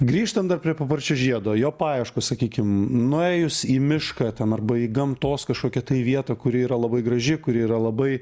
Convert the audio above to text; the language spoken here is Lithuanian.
grįžtant dar prie paparčio žiedo jo paieškos sakykim nuėjus į mišką ten arba į gamtos kažkokią tai vietą kuri yra labai graži kuri yra labai